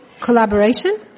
collaboration